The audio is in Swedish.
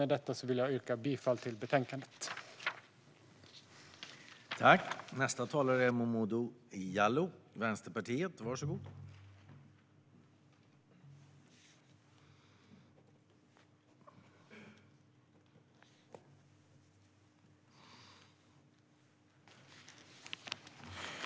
Med detta vill jag yrka bifall till förslaget i betänkandet.